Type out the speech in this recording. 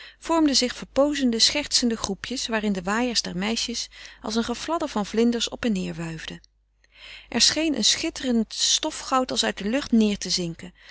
vormden zich verpoozende schertsende groepjes waarin de waaiers der meisjes als een gefladder van vlinders op en neêr wuifden er scheen een schitterend stofgoud als uit de lucht neêr te zinken